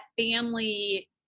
family